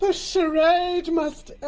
ah charade must